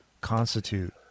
constitute